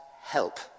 help